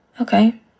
Okay